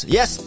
Yes